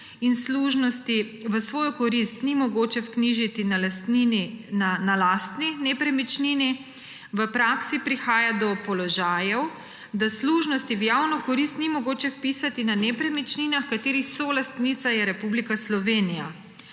in služnosti v svojo korist ni mogoče vknjižiti na lastni nepremičnini, v praksi prihaja do položajev, da služnosti v javno korist ni mogoče vpisati na nepremičninah, katerih solastnica je Republika Slovenija.